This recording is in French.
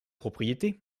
propriétés